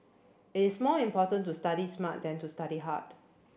it is more important to study smart than to study hard